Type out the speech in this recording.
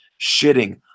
shitting